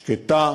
שקטה,